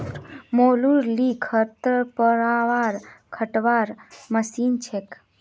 मोलूर ली खरपतवार कटवार मशीन छेक